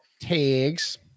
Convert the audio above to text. tags